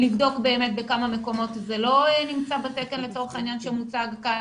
לבדוק באמת בכמה מקומות ולא נמצא לצורך העניין בתקן שמוצג כאן,